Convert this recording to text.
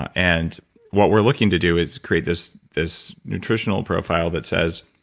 and what we're looking to do is create this this nutritional profile that says,